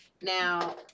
now